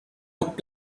took